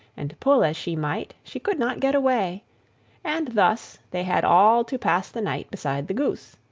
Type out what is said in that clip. and pull as she might she could not get away and thus they had all to pass the night beside the goose.